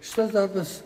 šitas darbas